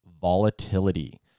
volatility